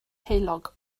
heulog